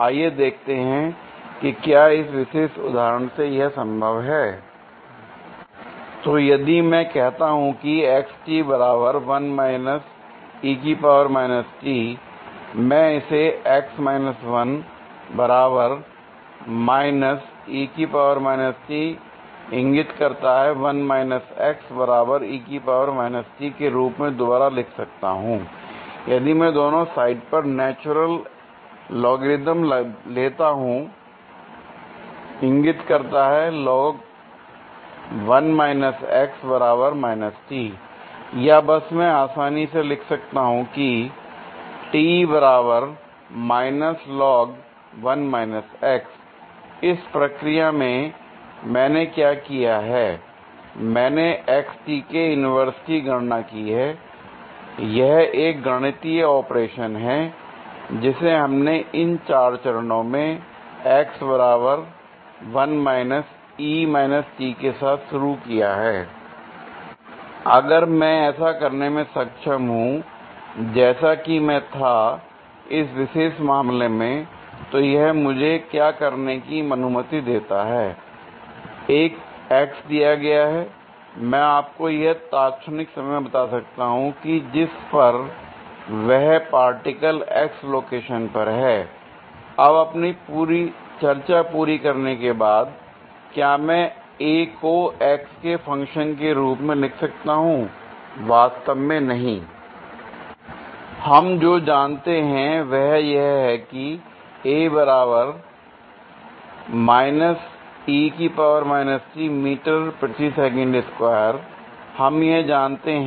आइए देखते हैं कि क्या इस विशेष उदाहरण से यह संभव है l तो यदि मैं कहता हूं कि l मैं इसे के रूप में दोबारा लिख सकता हूं l यदि में दोनों साइड पर नेचुरल लोगरिथम लेता हूं या मैं बस आसानी से लिख सकता हूंl इस प्रक्रिया में मैंने क्या किया है मैंने के इन्वर्स की गणना की है यह एक गणितीय ऑपरेशन है जिसे हमने इन चार चरणों में के साथ शुरू किया है l अगर मैं ऐसा करने में सक्षम हूं जैसा कि मैं था इस विशेष मामले में तो यह मुझे क्या करने की अनुमति देता हैएक x दिया गया है मैं आपको वह तात्क्षणिक समय बता सकता हूं जिस पर वह पार्टिकल x लोकेशन पर हैl अब अपनी चर्चा पूरी करने के बाद क्या मैं a को x के फंक्शन के रूप में लिख सकता हूं वास्तव में नहीं l हम जो जानते हैं वह यह है किl हम यह जानते हैं